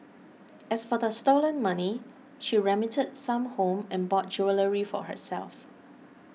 as for the stolen money she remitted some home and bought jewellery for herself